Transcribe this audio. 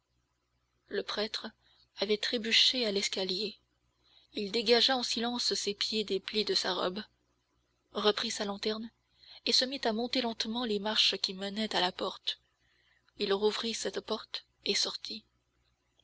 le prêtre avait trébuché à l'escalier il dégagea en silence ses pieds des plis de sa robe reprit sa lanterne et se mit à monter lentement les marches qui menaient à la porte il rouvrit cette porte et sortit